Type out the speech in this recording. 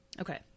Okay